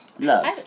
Love